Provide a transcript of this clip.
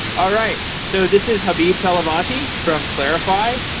all right, so this is habib talavatifard from clarifai.